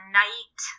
night